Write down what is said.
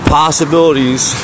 possibilities